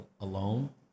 alone